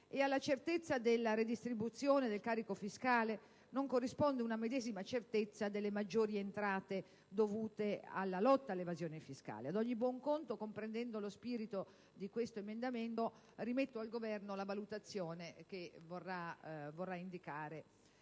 E alla certezza della redistribuzione del carico fiscale non corrisponde una medesima certezza delle maggiori entrate dovute alla lotta all'evasione fiscale. Ad ogni buon conto, comprendendo lo spirito di questo emendamento, rimetto al Governo la valutazione che vorrà indicare